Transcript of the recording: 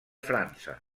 frança